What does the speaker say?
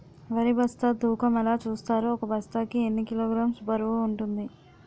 వరి బస్తా తూకం ఎలా చూస్తారు? ఒక బస్తా కి ఎన్ని కిలోగ్రామ్స్ బరువు వుంటుంది?